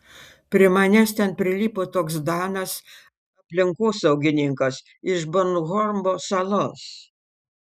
prie manęs ten prilipo toks danas aplinkosaugininkas iš bornholmo salos